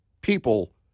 people